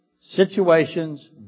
situations